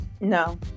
no